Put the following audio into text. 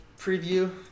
preview